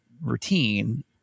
routine